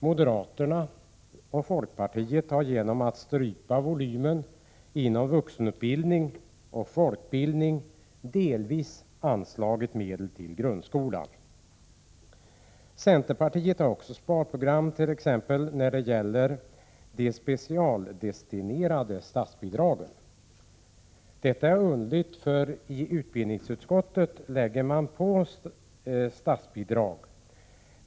Moderaterna och folkpartiet har genom att strypa volymen inom vuxenutbildning och folkbildning delvis anslagit medel till grundskolan. Centerpartiet har också sparprogram, t.ex. när det gäller de specialdestinerade statsbidragen. Detta är underligt, för i utbildningsutskottet lägger man på statsbidrag.